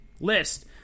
list